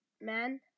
Man